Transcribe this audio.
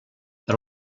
per